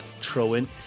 throw-in